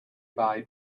buy